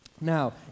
Now